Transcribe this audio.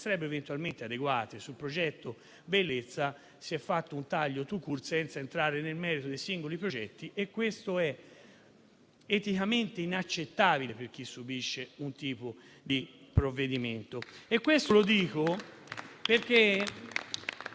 eventualmente adeguate. Sul progetto «Bellezz@» si è fatto un taglio *tout court* senza entrare nel merito dei singoli progetti e questo è eticamente inaccettabile per chi subisce un provvedimento